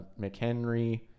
McHenry